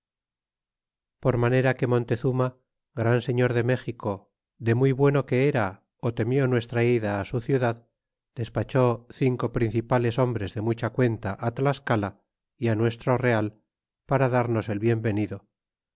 por manera que montezuma gran señor de méxico de muy bueno que era ó temió nuestra ida su ciudad despachó cinco principales hombres de mucha cuenta tlascala y nuestro real para darnos el bien venido